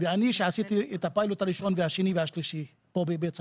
כשעשיתי את הפיילוט הראשון והשני והשלישי פה בבית צפפא,